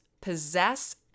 possess